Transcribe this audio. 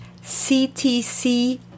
CTC